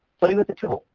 play with the tool,